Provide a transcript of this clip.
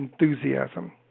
enthusiasm